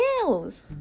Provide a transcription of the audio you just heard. nails